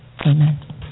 Amen